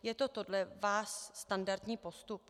Je to podle vás standardní postup?